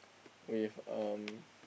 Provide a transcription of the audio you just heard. with um